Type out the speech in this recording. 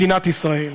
מדינת ישראל.